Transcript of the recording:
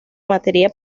materia